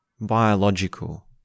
biological